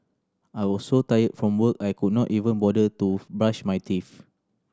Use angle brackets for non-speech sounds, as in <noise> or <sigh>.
I was so tired from work I could not even bother to <unintelligible> brush my teeth